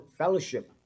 fellowship